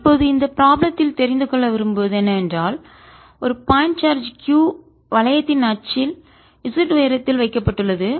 q2π00Rdr2π0R இப்போது இந்த ப்ராப்ளம் த்தில் தெரிந்து கொள்ள விரும்புவது என்னவென்றால் ஒரு பாயிண்ட் சார்ஜ் q வளையத்தின் அச்சில் z உயரத்தில் வைக்கப்பட்டுள்ளது